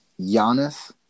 Giannis